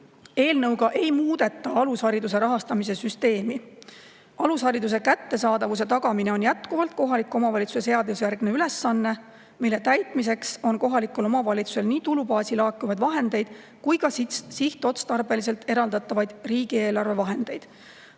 Eelnõuga ei muudeta alushariduse rahastamise süsteemi. Alushariduse kättesaadavuse tagamine on jätkuvalt kohaliku omavalitsuse seadusjärgne ülesanne, mille täitmiseks on kohalikul omavalitsusel nii tulubaasi laekuvaid vahendeid kui ka sihtotstarbeliselt eraldatavaid riigieelarve vahendeid.